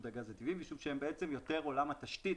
יהיה מנהל רשות הגז הטבעי משום שהם יותר עולם התשתית,